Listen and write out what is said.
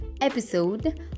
episode